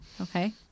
Okay